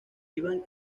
iban